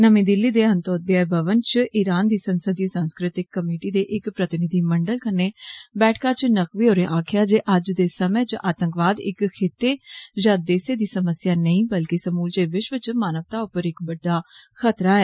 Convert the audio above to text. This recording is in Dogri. नमीं दिल्ली दे अनतोदय भवन च ईरान दी संसदीय सांस्कृतिक कमेटी दे इक प्रतिनिधिमंडल कन्नै बैठका च नकवी होरें आक्खेआ जे अज्ज दे समय च आतंकवाद इक खित्ते या देसै दी समस्या नेई बल्कि समूलचे विष्व च मानवता उप्पर इक बड़ा खतरा ऐ